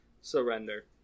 surrender